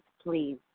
please